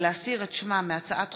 סופה לנדבר,